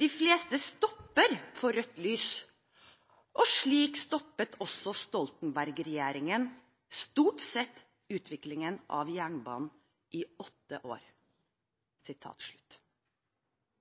«De fleste stopper for rødt lys, og slik stoppet også Stoltenberg-regjeringen stort sett utviklingen av jernbanen i åtte år.»